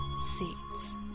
seats